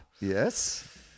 Yes